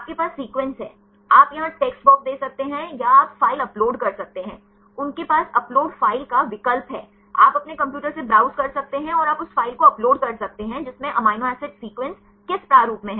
आपके पास सीक्वेंस हैं आप यहां टेक्स्ट बॉक्स दे सकते हैं या आप फाइल अपलोड कर सकते हैं उनके पास अपलोड फाइल का विकल्प है आप अपने कंप्यूटर से ब्राउज़ कर सकते हैं और आप उस फ़ाइल को अपलोड कर सकते हैं जिसमें अमीनो एसिड सीक्वेंस किस प्रारूप में हैं